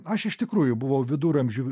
aš iš tikrųjų buvau viduramžių